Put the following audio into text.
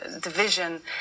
division